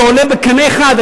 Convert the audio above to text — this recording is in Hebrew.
זה עולה בקנה אחד,